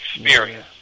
experience